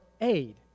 aid